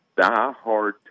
diehard